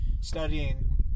studying